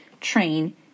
train